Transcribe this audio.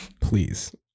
please